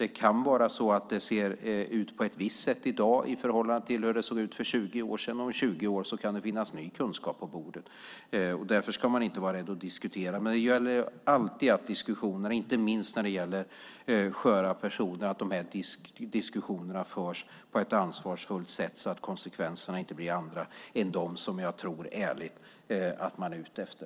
Det kan vara så att det ser ut på ett visst sätt i dag i förhållande till hur det såg ut för 20 år sedan, och om 20 år kan det finnas ny kunskap på bordet. Därför ska man inte vara rädd att diskutera. Men det gäller alltid att diskussionerna, inte minst när det är sköra personer, förs på ett ansvarsfullt sätt så att konsekvenserna inte blir andra än de som jag ärligt tror att man är ute efter.